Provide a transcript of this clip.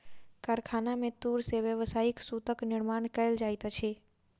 कारखाना में तूर से व्यावसायिक सूतक निर्माण कयल जाइत अछि